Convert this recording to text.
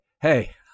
Hey